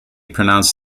pronounced